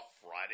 Friday